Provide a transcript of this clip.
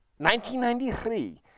1993